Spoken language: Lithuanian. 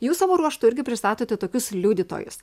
jūs savo ruožtu irgi pristatote tokius liudytojus